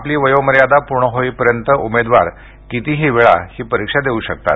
आपली वयोमर्यादा पूर्ण होऊपर्यंत उमेदवार कितीही वेळा ही परीक्षा देऊ शकतात